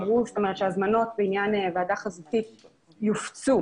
ההזמנות בעניין ועדה חזותית יופצו.